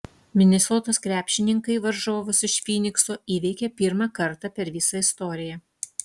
minesotos krepšininkai varžovus iš fynikso įveikė pirmą kartą per visą istoriją